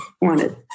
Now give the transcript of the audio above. wanted